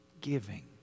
giving